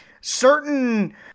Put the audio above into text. certain